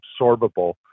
absorbable